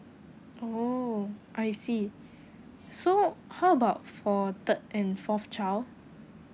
oh I see so how about for a third and fourth child